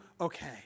okay